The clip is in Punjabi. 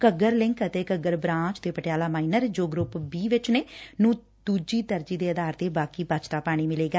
ਘੱਗਰ ਲਿਕ ਅਤੇ ਘੱਗਰ ਬੁਾਂਚ ਤੇ ਪਟਿਆਲਾ ਮਾਈਨਰ ਜੋ ਗਰੁੱਪ ਬੀ ਵਿੱਚ ਨੇ ਨੂੰ ਦੁਜੀ ਤਰਜੀਹ ਦੇ ਆਧਾਰ ਤੇ ਬੂਾਕੀ ਬਚਦਾ ਪਾਣੀ ਮਿਲੇਗਾ